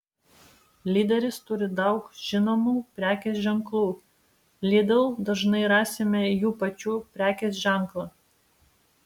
lyderis turi daug žinomų prekės ženklų lidl dažnai rasime jų pačių prekės ženklą